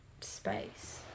space